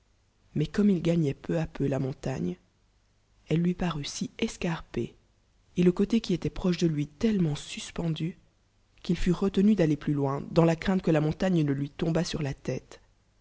mais comme il gagnoit peu à peu la montagne el e lui parut si escarpée et le côté qui étoit proche de lui tellement swpendu qu'il fut retenu d'auer plus loin dans la crainte que la montagne ne lui tombât sur la t